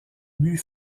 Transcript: but